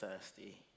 thirsty